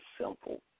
simple